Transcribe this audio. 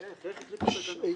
כן, בבקשה,